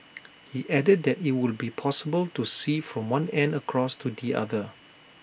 he added that IT will be possible to see from one end across to the other